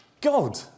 God